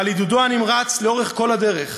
על עידודו הנמרץ לאורך כל הדרך,